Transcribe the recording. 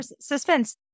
suspense